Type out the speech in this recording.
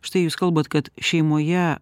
štai jūs kalbat kad šeimoje